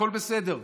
הכול בסדר.